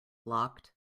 locked